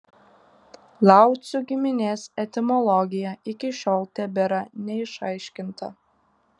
laucių giminės etimologija iki šiol tebėra neišaiškinta